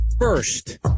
first